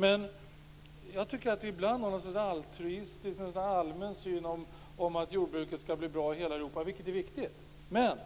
Men jag tycker att vi ibland har något slags altruistisk allmän syn om att jordbruket skall bli bra i hela Europa, vilket är viktigt. Men